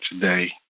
today